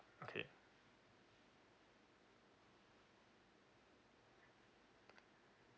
okay